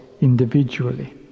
individually